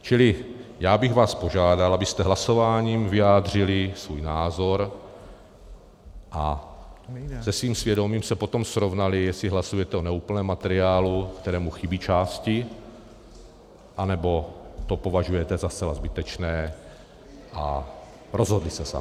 Čili já bych vás požádal, abyste hlasováním vyjádřili svůj názor a se svým svědomím se potom srovnali, jestli hlasujete o neúplném materiálu, kterému chybí části, anebo to považujete za zcela zbytečné, a rozhodli se sami.